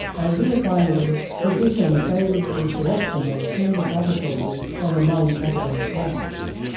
and here finally, tradition favours the selection of senior office-holders from among academic ranks.